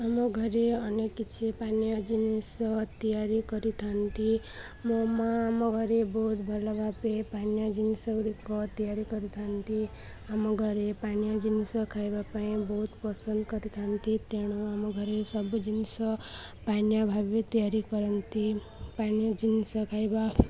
ଆମ ଘରେ ଅନେକ କିଛି ପାନୀୟ ଜିନିଷ ତିଆରି କରିଥାନ୍ତି ମୋ ମା ଆମ ଘରେ ବହୁତ ଭଲ ଭାବେ ପାନୀୟ ଜିନିଷ ଗୁଡ଼ିକ ତିଆରି କରିଥାନ୍ତି ଆମ ଘରେ ପାନୀୟ ଜିନିଷ ଖାଇବା ପାଇଁ ବହୁତ ପସନ୍ଦ କରିଥାନ୍ତି ତେଣୁ ଆମ ଘରେ ସବୁ ଜିନିଷ ପାନୀୟ ଭାବେ ତିଆରି କରନ୍ତି ପାନୀୟ ଜିନିଷ ଖାଇବା